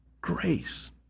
grace